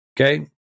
Okay